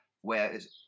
Whereas